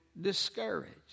discouraged